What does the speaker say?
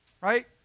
Right